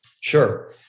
Sure